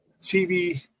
TV